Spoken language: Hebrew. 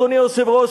אדוני היושב-ראש,